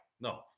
No